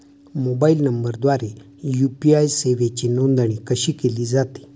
Mobile नंबरद्वारे UPI सेवेची नोंदणी कशी केली जाते?